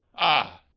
ah!